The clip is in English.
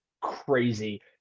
crazy